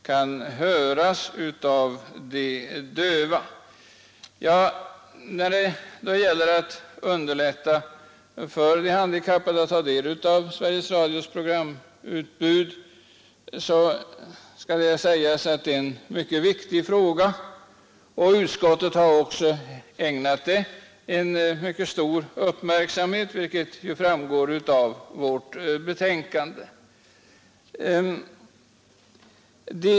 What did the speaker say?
Det är självfallet mycket viktigt att underlätta för de handikappade att ta del av Sveriges Radios programutbud, och utskottet har också ägnat frågan mycket stor uppmärksamhet, vilket framgår av vårt betänkande.